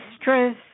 stress